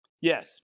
Yes